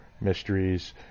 mysteries